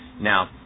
Now